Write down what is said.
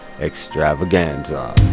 Extravaganza